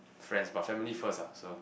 friends but family first lah so